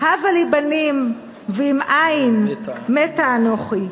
"הבה לי בנים ואם אין מתה אנכי",